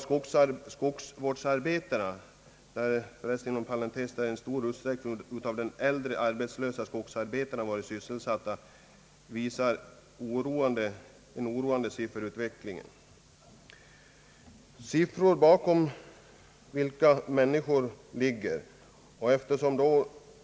Skogsvårdsarbetena, i vilka de äldre arbetslösa skogsarbetarna i stor utsträckning varit sysselsatta, visar en oroväckande utveckling.